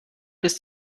bis